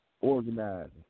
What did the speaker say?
organizing